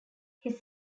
his